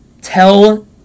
tell